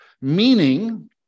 meaning